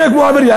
מתנהג כמו עבריין,